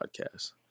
Podcast